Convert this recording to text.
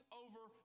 over